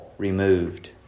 Removed